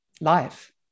life